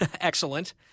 Excellent